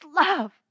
love